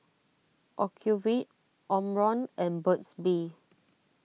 Ocuvite Omron and Burt's Bee